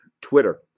Twitter